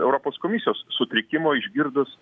europos komisijos sutrikimo išgirdus